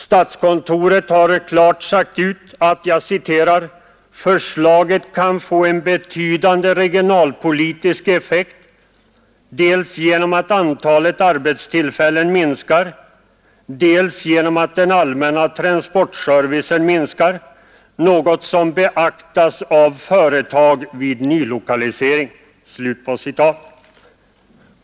Statskontoret har klart sagt ut att ”förslaget kan få en betydande regionalpolitisk effekt dels genom att antalet arbetstillfällen minskar, dels genom att den allmänna transportservicen minskar — något som beaktas av företagen vid nylokalisering”.